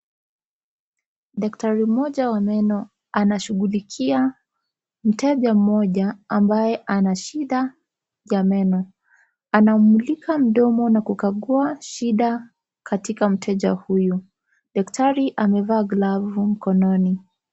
Daktari mmoja wa meno anamshughulikia mteja mmoja ambaye ana shida ya meno. Anamulika mdomo na kukagua shida katika mteja huyu. Daktari amevaa glavu mkononi.